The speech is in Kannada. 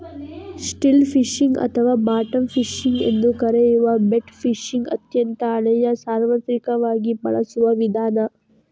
ಸ್ಟಿಲ್ ಫಿಶಿಂಗ್ ಅಥವಾ ಬಾಟಮ್ ಫಿಶಿಂಗ್ ಎಂದೂ ಕರೆಯುವ ಬೆಟ್ ಫಿಶಿಂಗ್ ಅತ್ಯಂತ ಹಳೆಯ ಸಾರ್ವತ್ರಿಕವಾಗಿ ಬಳಸುವ ವಿಧಾನ